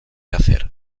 hacer